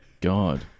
God